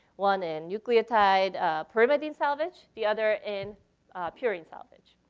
one in nucleotide pyrimidine salvage, the other in purine salvage.